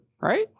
right